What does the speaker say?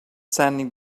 standing